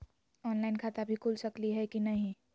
Online खाता भी खुल सकली है कि नही?